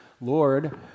Lord